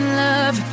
love